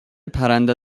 پرنده